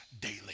daily